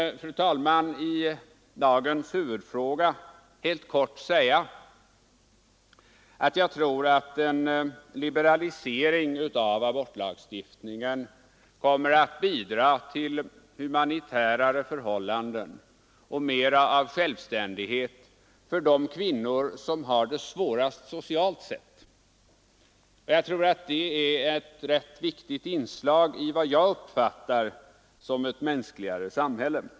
Låt mig sedan, fru talman, i dagens huvudfråga helt kort säga att jag tror att en liberalisering av abortlagstiftningen kommer att bidra till humanitärare förhållanden och till större självständighet för de kvinnor som har det svårast socialt sett. Det är som jag uppfattar det ett rätt viktigt inslag i strävandena mot ett mänskligare samhälle.